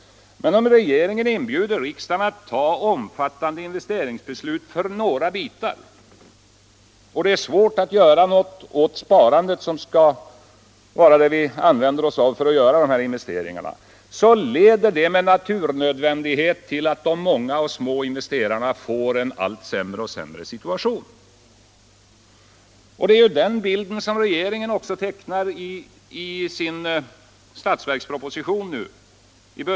Men om regeringen inbjuder riksdagen att fatta omfattande investeringsbeslut för några bitar av näringslivet och om det är svårt att göra något åt sparandet — som ju skall vara det vi använder oss av för att göra dessa investeringar — så leder det med naturnödvändighet till att de många små investerarnas situation blir allt sämre. Det är också den bilden regeringen tecknar i sin budgetproposition.